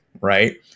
right